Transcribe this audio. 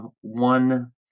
One